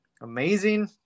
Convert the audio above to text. Amazing